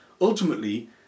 ultimately